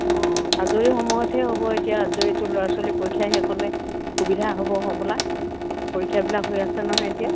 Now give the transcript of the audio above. অঁ আজৰি সময়তহে হ'ব এতিয়া আজৰিতো ল'ৰা ছোৱালীৰ পৰীক্ষা শেষ হ'লে সুবিধা হ'ব হ'বলা পৰীক্ষাবিলাক হৈ আছে নহয় এতিয়া